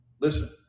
Listen